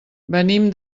venim